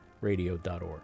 radio.org